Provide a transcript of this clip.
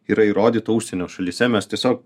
yra įrodyta užsienio šalyse mes tiesiog